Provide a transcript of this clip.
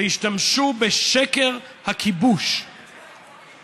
יהיה פה כאוס נוראי.